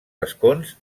escons